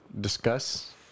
discuss